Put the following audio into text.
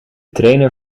trainer